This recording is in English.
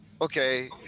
Okay